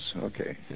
Okay